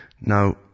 Now